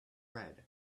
red